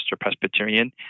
Presbyterian